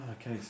okay